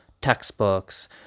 textbooks